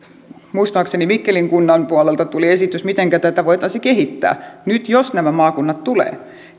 muistaakseni mikkelin puolelta tuli esitys mitenkä tätä voitaisiin kehittää nyt jos nämä maakunnat tulevat